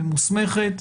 ממוסמכת,